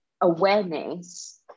awareness